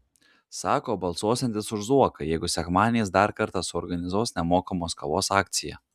sako balsuosiantis už zuoką jeigu sekmadieniais dar kartą suorganizuos nemokamos kavos akciją